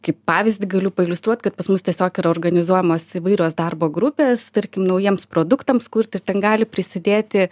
kaip pavyzdį galiu pailiustruot kad pas mus tiesiog yra organizuojamos įvairios darbo grupės tarkim naujiems produktams kurti ir ten gali prisidėti